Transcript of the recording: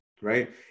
Right